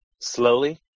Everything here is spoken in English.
slowly